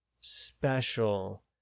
special